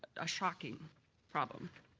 a shocking problem.